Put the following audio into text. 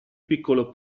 piccolo